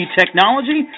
technology